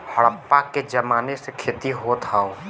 हड़प्पा के जमाने से खेती होत हौ